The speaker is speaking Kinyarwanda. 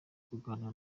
kuganira